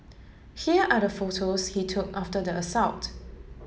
here are the photos he took after the assault